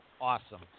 awesome